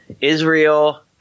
israel